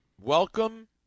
welcome